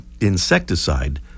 insecticide